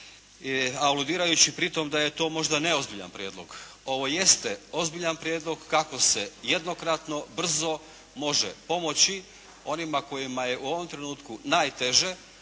aludirajući pritom da je to možda neozbiljan prijedlog. Ovo jeste ozbiljan prijedlog kako se jednokratno, brzo može pomoći onima kojima je u ovom trenutku najteže